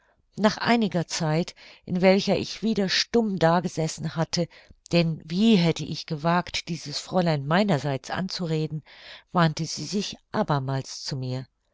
nach einiger zeit in welcher ich wieder stumm dagesessen hatte denn wie hätte ich gewagt dieses fräulein meinerseits anzureden wandte sie sich abermals zu mir